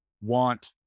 want